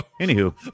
Anywho